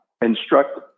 instruct